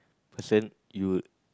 person you would